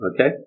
okay